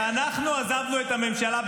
כשאנחנו עזבנו את הממשלה,